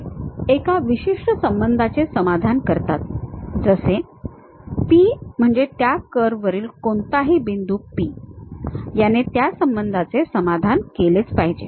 ते एका विशिष्ट संबंधाचे समाधान करतात जसे P म्हणजे त्या कर्व वरील कोणताही बिंदू p याने त्या संबंधाचे समाधान केलेच पाहिजे